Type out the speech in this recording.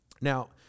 Now